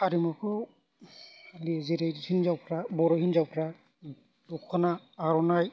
हारिमुखौ जेरै हिनजावफ्रा बर' हिनजावफ्रा दख'ना आर'नाइ